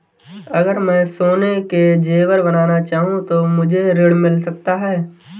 अगर मैं सोने के ज़ेवर बनाना चाहूं तो मुझे ऋण मिल सकता है?